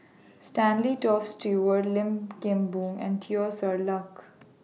Stanley Toft Stewart Lim Kim Boon and Teo Ser Luck